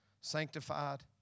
sanctified